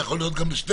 יכול להיות גם ב-12.